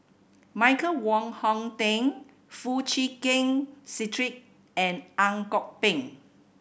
Michael Wong Hong Teng Foo Chee Keng Cedric and Ang Kok Peng